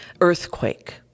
earthquake